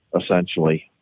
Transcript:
essentially